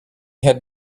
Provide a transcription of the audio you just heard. had